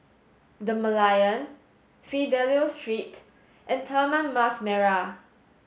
the Merlion Fidelio Street and Taman Mas Merah